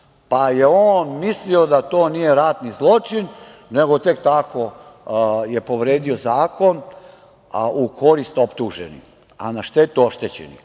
pa je on mislio da to nije ratni zločin, nego tek tako je povredio zakon u korist optuženih, a na štetu oštećenih. Vrlo